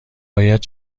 باید